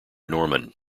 norman